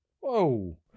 whoa